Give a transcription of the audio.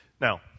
Now